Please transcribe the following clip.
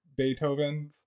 Beethovens